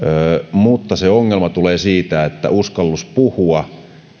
mutta se ongelma tulee siitä että uskallus puhua